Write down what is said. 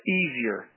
easier